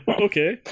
Okay